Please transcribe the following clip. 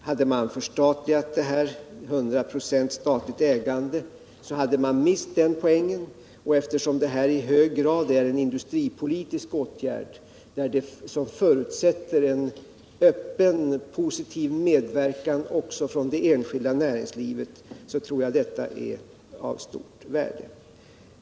Hade man förstatligat detta 100-procentigt, hade man förlorat denna poäng, och eftersom detta i hög grad är en industripolitisk åtgärd som förutsätter en öppen, positiv medverkan också från det enskilda näringslivet, så tror jag att detta är av stort värde.